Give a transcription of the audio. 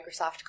Microsoft